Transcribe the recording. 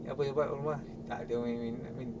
apa dia buat kat rumah tak ada main-main